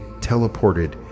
teleported